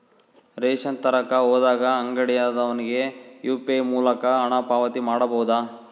Ration ತರಕ ಹೋದಾಗ ಅಂಗಡಿಯವನಿಗೆ ಯು.ಪಿ.ಐ ಮೂಲಕ ಹಣ ಪಾವತಿ ಮಾಡಬಹುದಾ?